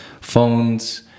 phones